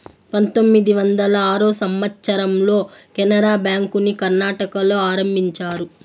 పంతొమ్మిది వందల ఆరో సంవచ్చరంలో కెనరా బ్యాంకుని కర్ణాటకలో ఆరంభించారు